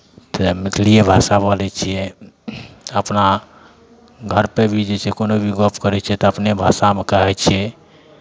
तऽ मैथिलिए भाषा बोलै छियै अपना घरपे भी जे छै कोनो भी गप करै छियै तऽ अपने भाषामे कहै छियै